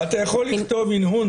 אתה יכול לכתוב "הנהון",